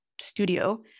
Studio